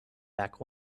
back